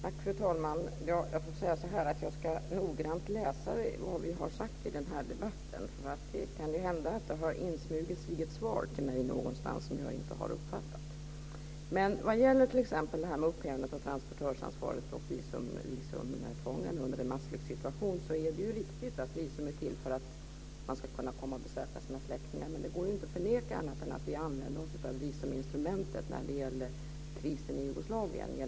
Fru talman! Jag ska noggrant läsa vad vi har sagt i denna debatt, för det kan hända att det har insmugit sig ett svar till mig någonstans som jag inte har uppfattat. Vad gäller t.ex. upphävandet av transportörsansvaret och visumtvången under en massflyktssituation är det riktigt att visum är till för att man ska kunna komma och besöka sina släktingar, men det går inte att förneka att vi använde oss av visuminstrumentet när det gäller krisen i Jugoslavien.